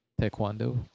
taekwondo